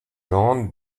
jean